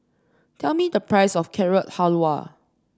tell me the price of Carrot Halwa